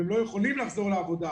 והם לא יכולים לחזור לעבודה.